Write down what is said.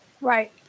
right